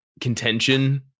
contention